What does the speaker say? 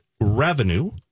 revenue